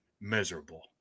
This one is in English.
miserable